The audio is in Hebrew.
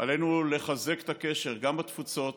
עלינו לחזק את הקשר גם בתפוצות